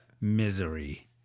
Misery